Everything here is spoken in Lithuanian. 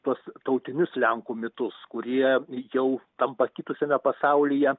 tuos tautinius lenkų mitus kurie jau tam pakitusiame pasaulyje